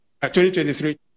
2023